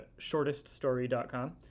shorteststory.com